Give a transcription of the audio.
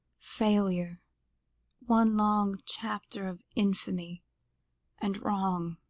failure one long chapter of infamy and wrong,